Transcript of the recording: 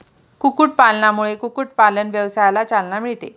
कुक्कुटपालनामुळे कुक्कुटपालन व्यवसायाला चालना मिळते